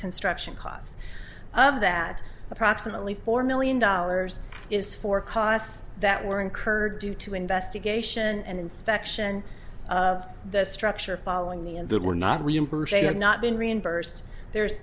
construction costs of that approximately four million dollars is for costs that were incurred due to investigation and inspection of the structure following the end that were not reimbursed they have not been reimbursed there's